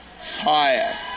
fire